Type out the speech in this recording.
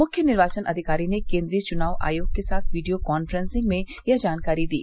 मुख्य निर्वाचन अधिकारी ने केन्द्रीय चुनाव आयोग के साथ वीडियो कान्द्रेंसिंग में यह जानकारी दी